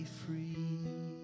free